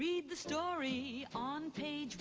read the story on page